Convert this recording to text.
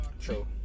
True